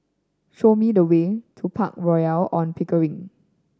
show me the way to Park Royal On Pickering